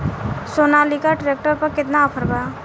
Sonalika tractor पर केतना offer बा?